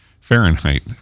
Fahrenheit